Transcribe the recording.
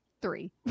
three